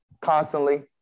constantly